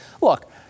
look